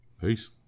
peace